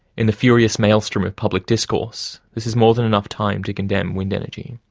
in the furious maelstrom of public discourse, this is more than enough time to condemn wind energy.